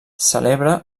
celebra